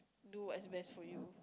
do what's best for you